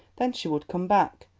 then she would come back,